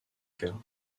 cas